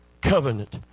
covenant